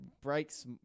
Breaks